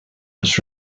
was